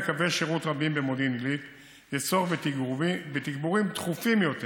בקווי שירות רבים במודיעין עילית יש צורך בתגבורים דחופים יותר.